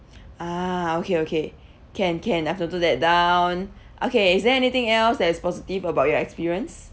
ah okay okay can can have to took that down okay is there anything else that is positive about your experience